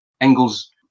engels